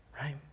right